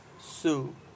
Sue